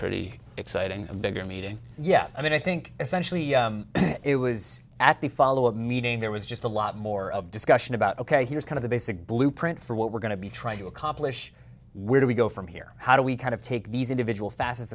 pretty exciting a bigger meeting yeah i mean i think essentially it was at the follow up meeting there was just a lot more of discussion about ok here's kind of the basic blueprint for what we're going to be trying to accomplish where do we go from here how do we kind of take these individual facets